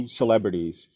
celebrities